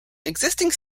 existing